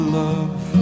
love